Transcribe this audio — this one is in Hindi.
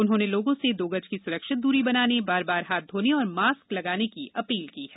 उन्होंने लोगों से दो गज की सुरक्षित दूरी बनाने बार बार हाथ धोने और मास्क लगाने की अपील की है